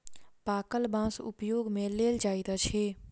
पाकल बाँस उपयोग मे लेल जाइत अछि